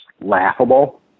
laughable